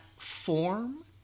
form